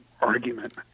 argument